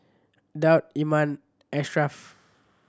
Daud Iman Ashraf